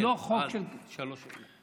כן, לשלוש שנים.